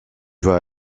voie